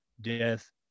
death